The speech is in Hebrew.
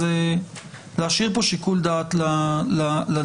להשאיר כאן שיקול דעת לנשיאה.